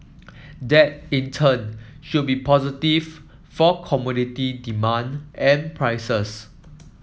that in turn should be positive for commodity demand and prices